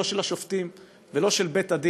לא של השופטים ולא של בית-הדין,